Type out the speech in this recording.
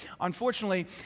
Unfortunately